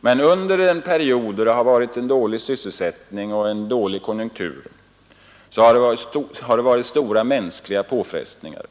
Men under den period vi haft dålig sysselsättning och dåliga konjunkturer har stora mänskliga påfrestningar uppstått.